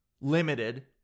limited